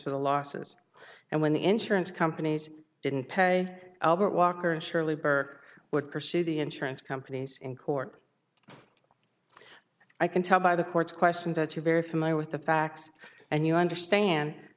for the losses and when the insurance companies didn't pay albert walker surely burke would pursue the insurance companies in court i can tell by the court's questions that are very familiar with the facts and you understand